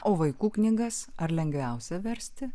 o vaikų knygas ar lengviausia versti